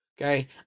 Okay